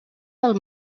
del